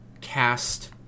cast